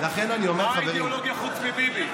מה האידיאולוגיה חוץ מביבי?